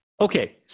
Okay